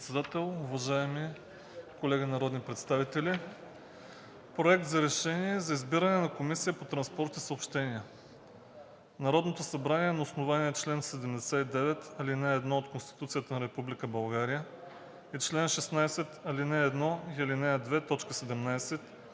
Председател, уважаеми колеги народни представители! „Проект! РЕШЕНИЕ за избиране на Комисия по транспорт и съобщения Народното събрание на основание чл. 79, ал. 1 от Конституцията на Република България и чл. 16, ал. 1 и ал. 2,